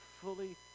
fully